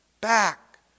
Back